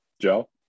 Joe